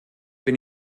bin